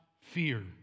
fear